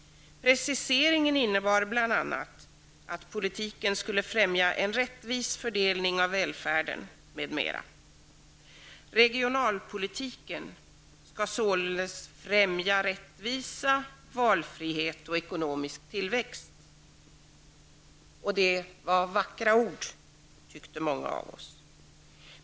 Regionalpolitiken skall således främja rättvisa, valfrihet och ekonomisk tillväxt. Det var vackra ord, tyckte många av oss.